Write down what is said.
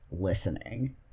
listening